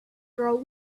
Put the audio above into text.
grow